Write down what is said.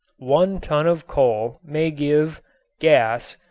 one ton of coal may give gas,